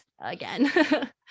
again